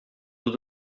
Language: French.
nous